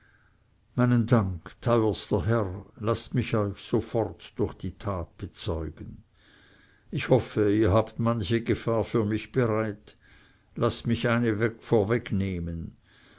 meinen dank teuerster herr laßt mich euch sofort durch die tat bezeugen ich hoffe ihr habt manche gefahr für mich bereit laßt mich eine vorwegnehmen